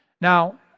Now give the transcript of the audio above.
Now